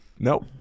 Nope